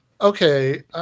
okay